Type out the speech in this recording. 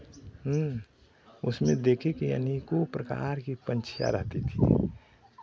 उसमें देखे कि अनेकों प्रकार की पंछियाँ रहती थी